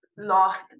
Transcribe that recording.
lost